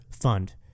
Fund